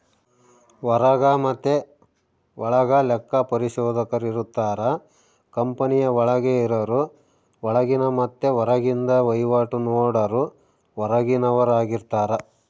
ಹೊರಗ ಮತೆ ಒಳಗ ಲೆಕ್ಕ ಪರಿಶೋಧಕರಿರುತ್ತಾರ, ಕಂಪನಿಯ ಒಳಗೆ ಇರರು ಒಳಗಿನ ಮತ್ತೆ ಹೊರಗಿಂದ ವಹಿವಾಟು ನೋಡರು ಹೊರಗಿನವರಾರ್ಗಿತಾರ